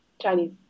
Chinese